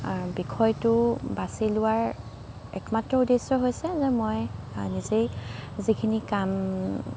বিষয়টো বাচি লোৱাৰ একমাত্ৰ উদেশ্যই হৈছে যে মই নিজেই যিখিনি কাম